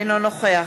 אינו נוכח